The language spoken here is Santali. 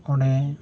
ᱚᱸᱰᱮ